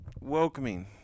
Welcoming